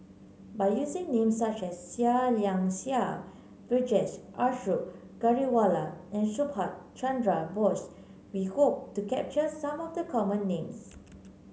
by using names such as Seah Liang Seah Vijesh Ashok Ghariwala and Subhas Chandra Bose we hope to capture some of the common names